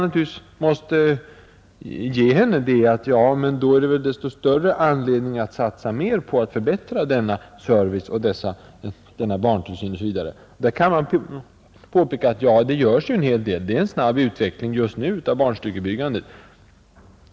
Och det svar som jag måste ge henne är, att då är det desto större anledning att satsa mer på att förbättra denna service, denna barntillsyn osv. Det kan då påpekas att en hel del görs, det är en snabb utveckling just nu av barnstugebyggandet.